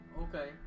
okay